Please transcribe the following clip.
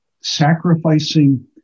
sacrificing